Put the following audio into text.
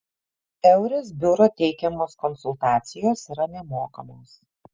eures biuro teikiamos konsultacijos yra nemokamos